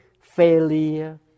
failure